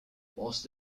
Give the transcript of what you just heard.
whilst